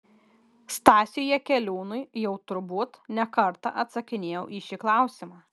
stasiui jakeliūnui jau turbūt ne kartą atsakinėjau į šį klausimą